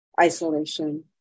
isolation